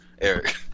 Eric